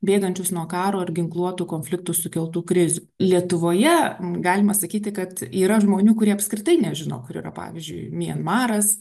bėgančius nuo karo ar ginkluotų konfliktų sukeltų krizių lietuvoje galima sakyti kad yra žmonių kurie apskritai nežino kur yra pavyzdžiui mianmaras